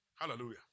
Hallelujah